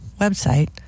website